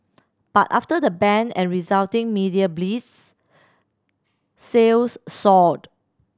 but after the ban and resulting media blitz sales soared